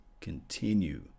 continue